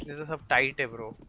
this update it'll